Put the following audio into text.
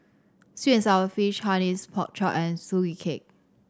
sweet and sour fish Hainanese Pork Chop and Sugee Cake